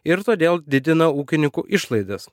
ir todėl didina ūkininkų išlaidas